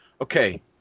okay